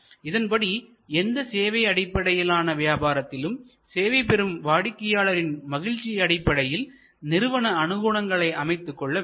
இதன்படி எந்த சேவை அடிப்படையிலான வியாபாரத்திலும் சேவை பெறும் வாடிக்கையாளரின் மகிழ்ச்சி அடிப்படையில் நிறுவன அனுகூலங்களை அமைத்துக்கொள்ள வேண்டும்